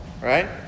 right